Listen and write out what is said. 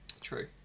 True